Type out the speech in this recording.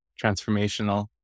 transformational